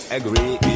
agree